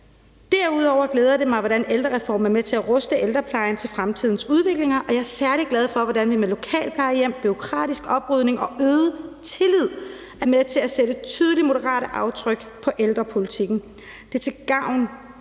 Derudover glæder det mig, at ældrereformen er med til at ruste ældreplejen til fremtidens udviklinger. Og jeg er særlig glad for, at vi med lokalplejehjem, bureaukratisk oprydning og øget tillid er med til at sætte tydelige moderate aftryk på ældrepolitikken. Det er til gavn